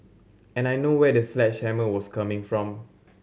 and I know where the sledgehammer was coming from